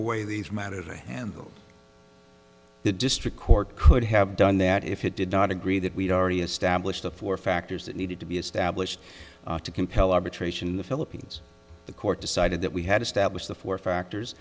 usual way these matters are handled the district court could have done that if it did not agree that we'd already established a four factors that needed to be established to compel arbitration in the philippines the court decided that we had established the four factors